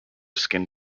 skin